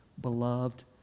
beloved